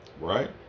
Right